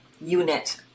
unit